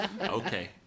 okay